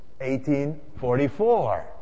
1844